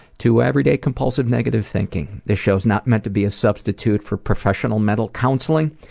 to everyday, compulsive, negative thinking. this show's not meant to be a substitute for professional, mental counseling.